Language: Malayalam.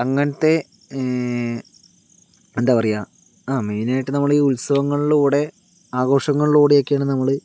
അങ്ങനത്തെ എന്താ പറയുക ആ മെയിൻ ആയിട്ട് നമ്മള് ഈ ഉത്സവങ്ങളിലൂടെ ആഘോഷങ്ങളിലൂടെയൊക്കെയാണ് നമ്മള്